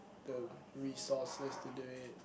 the resources to do it